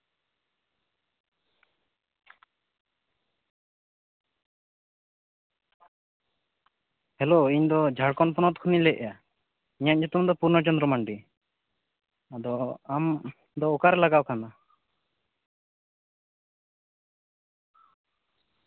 hello ᱤᱧ ᱫᱚ ᱡᱷᱟᱲᱠᱷᱚᱱ ᱯᱚᱱᱚᱛ ᱠᱷᱚᱱᱟᱜ ᱤᱧ ᱞᱟᱹᱭ ᱮᱫᱟ ᱤᱧᱟᱹᱜ ᱧᱩᱛᱩᱢ ᱫᱚ ᱯᱩᱨᱱᱚᱪᱚᱱᱫᱨᱚ ᱢᱟᱱᱰᱤ ᱟᱫᱚ ᱟᱢ ᱫᱚ ᱚᱠᱟᱨᱮ ᱞᱟᱜᱟᱣ ᱟᱠᱟᱱᱟ